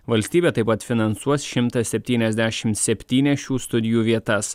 valstybė taip pat finansuos šimtą septyniasdešimt septynias šių studijų vietas